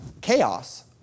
chaos